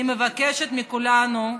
אני מבקשת מכולנו להירגע.